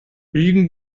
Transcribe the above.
liegen